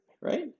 right